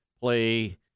play